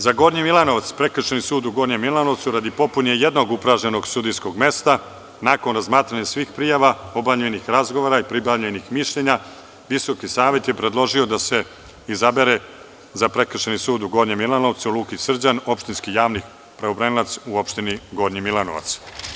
Za Gornji Milanovac, Prekršajni sud u Gornjem Milanovcu, radi popune jednog upražnjenog sudijskog mesta, nakon razmatranja svih prijava, obavljenih razgovora i pribavljenih mišljenja, VSS je predložio da se izabere za Prekršajni sud u Gornjem Milanovcu Lukić Srđan, opštinski javni pravobranilac u opštini Gornji Milanovac.